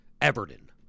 Everton